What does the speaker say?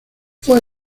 fue